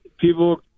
people